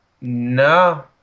No